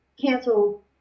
cancel